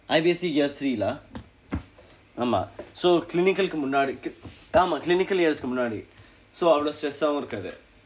I_B_S_C year three lah ஆமாம்:aamaam so clinical க்கு முன்னாடி ஆமாம்:kku munnaadi aamaam clinically years க்கு முன்னாடி:kku munnaadi so அவ்வளவு:avvalvu stress ah வும் இருக்காது:vum irukkaathu